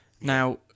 Now